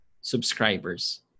subscribers